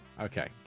Okay